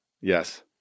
Yes